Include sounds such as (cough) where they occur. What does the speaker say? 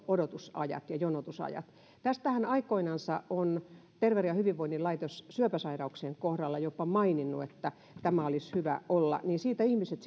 odotusajat ja jonotusajat tästähän aikoinansa terveyden ja hyvinvoinnin laitos on syöpäsairauksien kohdalla jopa maininnut että tämä olisi hyvä olla ja siitä ihmiset (unintelligible)